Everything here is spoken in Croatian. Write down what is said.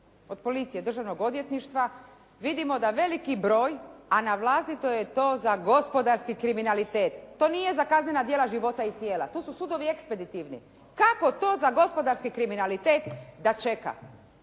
od policije, državnog odvjetništva, vidimo da veliki broj, a naglasito je to za gospodarski kriminalitet. To nije za kaznena djela života i tijela, tu su sudovi ekspeditivni. Kako to za gospodarski kriminalitet da čeka